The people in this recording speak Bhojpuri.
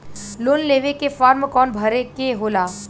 लोन लेवे के फार्म कौन भरे के होला?